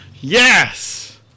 Yes